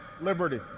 liberty